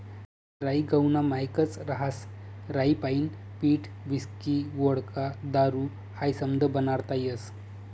राई गहूना मायेकच रहास राईपाईन पीठ व्हिस्की व्होडका दारू हायी समधं बनाडता येस